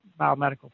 biomedical